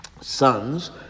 Sons